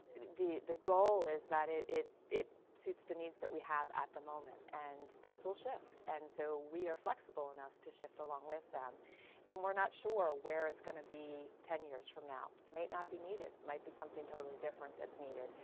the, the goal is that it, it, it suits the needs that we have at the moment. and those will shift. and so we are flexible enough to shift along with them and we're not sure where it's going to be ten years from now. it might not be needed. it might be something totally different that's needed.